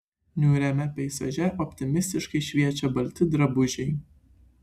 niūriame peizaže optimistiškai šviečia balti drabužiai